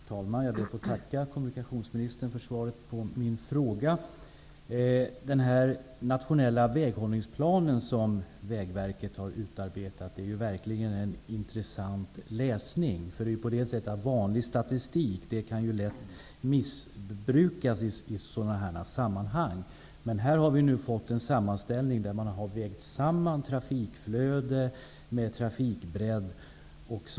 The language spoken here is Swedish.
Herr talman! Jag ber att få tacka kommunikationsministern för svaret på min fråga. Den nationella väghållningsplan som Vägverket har utarbetat är verkligen en intressant läsning. Vanlig statistik kan ju lätt missbrukas i sådana här sammanhang. Men här har nu gjorts en sammanställning där man har vägt samman trafikflöde och trafikbredd etc.